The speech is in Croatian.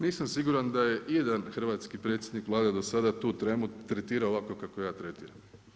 Nisam siguran da je ijedan hrvatski predsjednik Vlade tu tremu tretirao ovako kako ja tretiram.